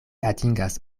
atingas